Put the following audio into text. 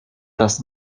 das